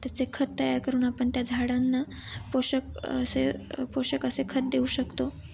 त्याचे खत तयार करून आपण त्या झाडांना पोषक असे पोषक असे खत देऊ शकतो